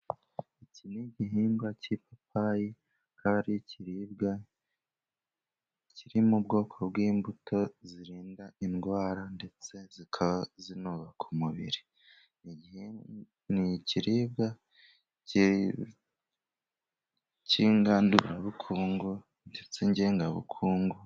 Iki ni igihingwa cy'ipapayi akaba ari ikiribwa kiri mu bwoko bw'imbuto zirinda indwara ndetse zubaka umubiri. Ni ikiribwa cy'ingandurabukungu ndetse ngengabukungu.